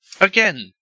Again